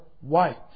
white